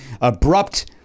abrupt